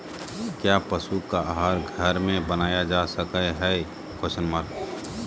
क्या पशु का आहार घर में बनाया जा सकय हैय?